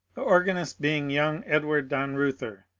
the organist being young edward dannreuther,